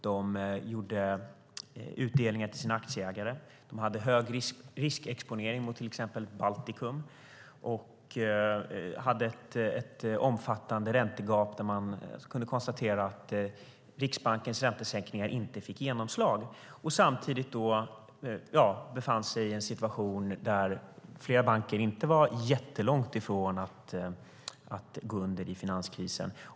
De gav utdelning till sina aktieägare. De hade hög riskexponering mot till exempel Baltikum och ett omfattande räntegap där Riksbankens räntesänkningar inte fick genomslag. Flera banker befann sig i en situation som innebar att de inte var så jättelångt från att gå under i finanskrisen.